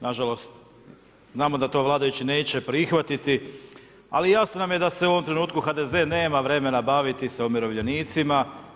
Nažalost, znamo da to vladajući neće prihvatiti, ali jasno nam je da se u ovom trenutku HDZ nema vremena baviti sa umirovljenicima.